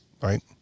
right